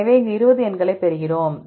எனவே இங்கு 20 எண்களைப் பெறுகிறோம்